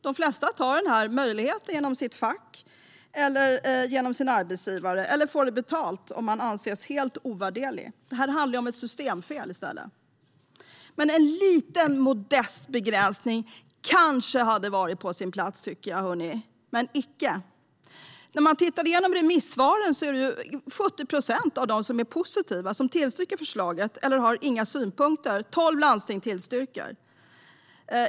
De flesta tar den möjligheten genom sitt fack, genom sin arbetsgivare eller får försäkringen betald om man anses helt ovärderlig. Det handlar i stället om ett systemfel. Men en liten modest begränsning kanske hade varit på sin plats, tycker jag, men icke. Läser man remissvaren är det 70 procent som är positiva. De tillstyrker förslaget eller har inga synpunkter. Det är tolv landsting som tillstyrker.